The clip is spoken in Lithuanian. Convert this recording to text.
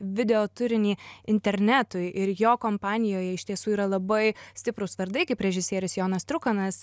video turinį internetui ir jo kompanijoje iš tiesų yra labai stiprūs vardai kaip režisierius jonas trukanas